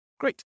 great